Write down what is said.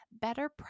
better